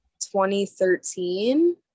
2013